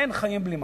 אין חיים בלי מים.